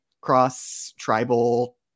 cross-tribal